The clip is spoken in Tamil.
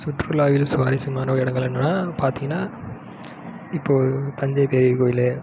சுற்றுலாவில் சுவாரசியமான இடங்கள் என்னென்ன பார்த்திங்கனா இப்போது தஞ்சை பெரிய கோவில்